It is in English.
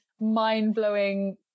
mind-blowing